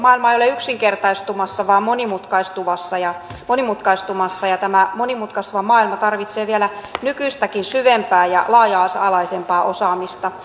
maailma ei ole yksinkertaistumassa vaan monimutkaistumassa ja tämä monimutkaistuva maailma tarvitsee vielä nykyistäkin syvempää ja laaja alaisempaa osaamista